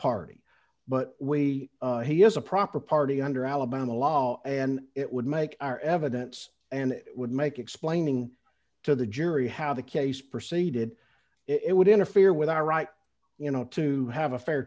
party but way he is a proper party under alabama law and it would make our evidence and it would make explaining to the jury how the case proceeded it would interfere with our right you know to have a fair